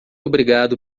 obrigado